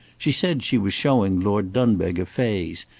she says she was showing lord dunbeg a phase,